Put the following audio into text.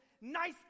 nice